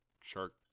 shark